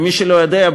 למי שלא יודע,